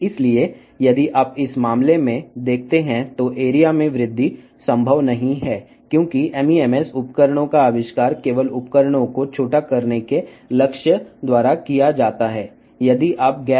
కాబట్టి మీరు ఈ సందర్భంలో చూస్తే విస్తీర్ణం పెరగడం సాధ్యమయ్యే పరిష్కారం కాదు ఎందుకంటే MEMS పరికరాలు అనేవి సూక్ష్మీకరించే లక్ష్యంతో మాత్రమే కనుగొనబడ్డాయి